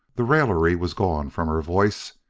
the raillery was gone from her voice,